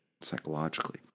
psychologically